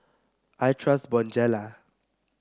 I trust Bonjela